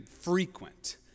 frequent